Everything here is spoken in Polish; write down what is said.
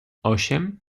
osiem